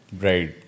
Right